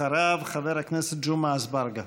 אחריו, חבר הכנסת ג'מעה אזברגה.